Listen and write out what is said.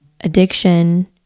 Addiction